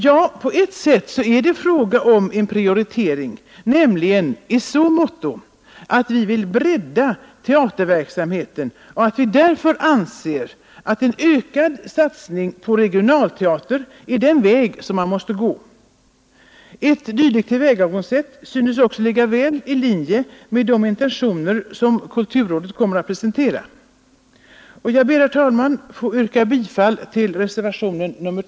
Ja, på ett sätt är det fråga om en prioritering, nämligen i så måtto att vi vill bredda teaterverksamheten och därför anser att en ökad satsning på regionalteater är den väg man måste gå. Ett dylikt tillvägagångssätt synes också ligga väl i linje med de intentioner som kulturrådet kommer att presentera. Jag ber, herr talman, få yrka bifall till reservationen 2.